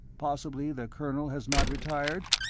possibly the colonel has not retired?